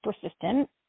persistent